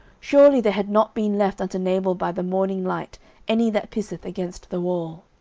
surely there had not been left unto nabal by the morning light any that pisseth against the wall.